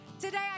Today